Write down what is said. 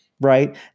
right